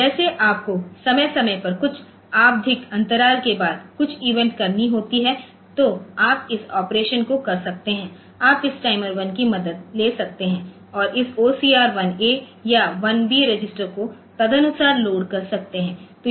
जैसे आपको समय समय पर कुछ आवधिक अंतराल के बाद कुछ इवेंट करनी होती है तो आप इस ऑपरेशन को कर सकते हैं आप इस टाइमर 1 की मदद ले सकते हैं और इस OCR 1 A या 1 B रजिस्टरको तदनुसार लोड कर सकते हैं